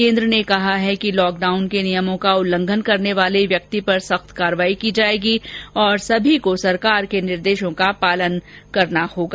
केंद्र ने कहा है कि लॉकडाउन के नियमों का उल्लंघन करने वाले व्यक्ति पर सख्त कार्रवाई की जाएगी और सभी को सरकार के निर्देशों का पालन करना होगा